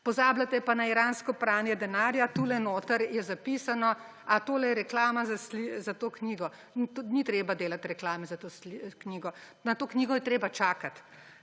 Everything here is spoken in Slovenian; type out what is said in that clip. Pozabljate pa na iransko pranje denarja. Tule notri je zapisano. A tole je reklama za to knjigo? Ni treba delati reklame za to knjigo, na to knjigo je treba čakati,